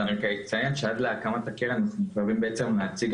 אז אני רק אציין שעד להקמת הקרן אנחנו מחויבים להציג